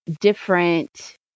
different